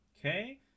Okay